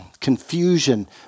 confusion